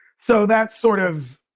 so that's sort of